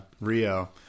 Rio